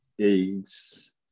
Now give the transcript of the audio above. eggs